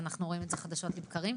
ואנחנו רואים את זה חדשות לבקרים.